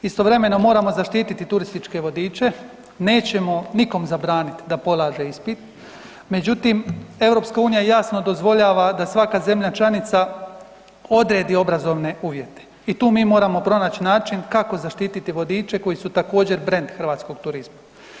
Istovremeno moramo zaštititi turističke vodiče, nećemo nikom zabraniti da polaže ispit međutim EU jasno dozvoljava da svaka zemlja članica odredi obrazovne uvjete i tu mi moramo pronać način kako zaštititi vodiče koji su također brand hrvatskog turizma.